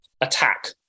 attack